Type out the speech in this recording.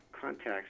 contacts